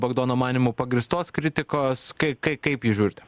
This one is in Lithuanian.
bagdono manymu pagrįstos kritikos kai kai kaip jūs žiūrite